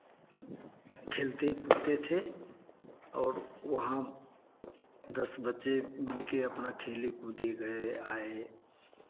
खेलते कूदते थे और वहाँ दस बच्चे मिलकर अपना खेले कूदे गए आए